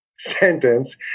Sentence